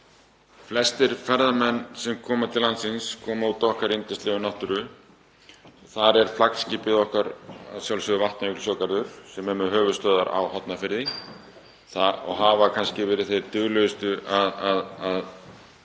Flestir ferðamenn sem koma til landsins koma út í okkar yndislegu náttúru. Þar er flaggskipið okkar að sjálfsögðu Vatnajökulsþjóðgarður sem er með höfuðstöðvar á Hornafirði og hafa ferðamenn kannski verið þeir duglegustu að